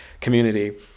community